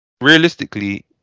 realistically